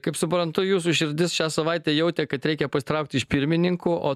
kaip suprantu jūsų širdis šią savaitę jautė kad reikia pasitraukti iš pirmininkų o